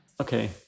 okay